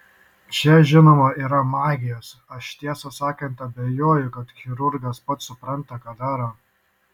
čia žinoma yra magijos aš tiesą sakant abejoju kad chirurgas pats supranta ką daro